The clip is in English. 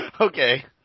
Okay